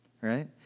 right